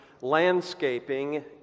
landscaping